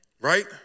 right